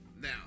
now